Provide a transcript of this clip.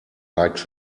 like